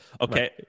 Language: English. okay